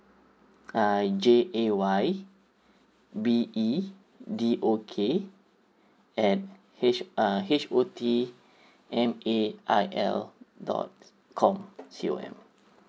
uh J A Y B E D O K at H uh H O T M A I L dot com C O M